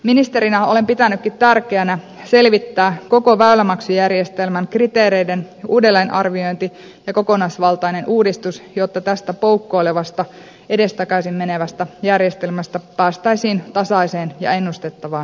ministerinä olen pitänytkin tärkeänä selvittää koko väylämaksujärjestelmän kriteereiden uudelleenarviointi ja kokonaisvaltainen uudistus jotta tästä poukkoilevasta edestakaisin menevästä järjestelmästä päästäisiin tasaiseen ja ennustettavaan järjestelmään